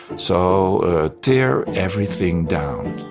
so tear everything down.